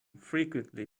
frequently